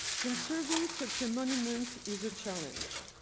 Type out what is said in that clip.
conserving such a monument is a challenge.